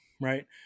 right